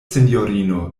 sinjorino